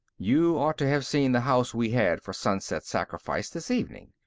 you ought to have seen the house we had for sunset sacrifice, this evening!